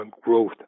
growth